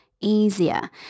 easier